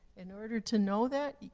in order to know that,